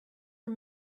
are